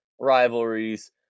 rivalries